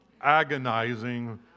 agonizing